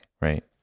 right